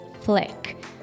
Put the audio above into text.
Flick